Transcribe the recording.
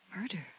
Murder